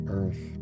earth